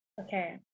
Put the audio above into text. Okay